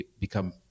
become